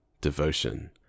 devotion